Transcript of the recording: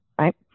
right